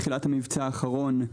בתחילת המבצע האחרון,